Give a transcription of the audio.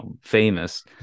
famous